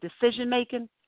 decision-making